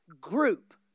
group